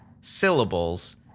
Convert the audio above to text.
syllables